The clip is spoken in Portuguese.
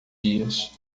dias